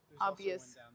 obvious